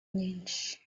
nyinshi